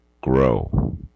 grow